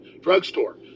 drugstore